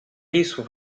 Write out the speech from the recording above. isso